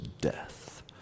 death